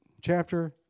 chapter